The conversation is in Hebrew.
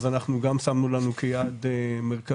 אז אנחנו גם שמנו לנו כיעד מרכזי,